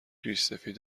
ریشسفید